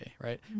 right